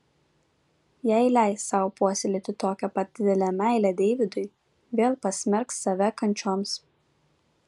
jei leis sau puoselėti tokią pat didelę meilę deividui vėl pasmerks save kančioms